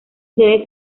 sede